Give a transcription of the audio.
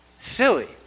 Silly